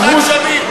המהות, יצחק שמיר.